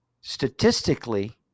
statistically